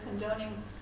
condoning